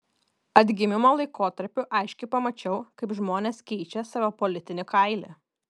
atgimimo laikotarpiu aiškiai pamačiau kaip žmonės keičia savo politinį kailį